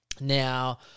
Now